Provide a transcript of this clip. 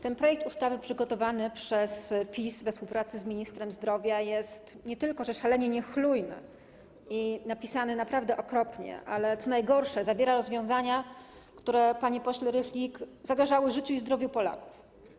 Ten projekt ustawy przygotowany przez PiS we współpracy z ministrem zdrowia nie tylko jest szalenie niechlujny i napisany naprawdę okropnie, ale również - co najgorsze - zawiera rozwiązania, które, panie pośle Rychlik, zagrażają życiu i zdrowiu Polaków.